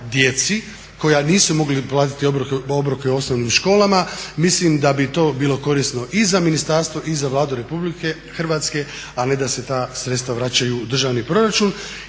djeci koja nisu mogla platiti obroke u osnovnim školama mislim da bi to bilo korisno i za ministarstvo i za Vladu RH a ne da se ta sredstva vraćaju u državni proračun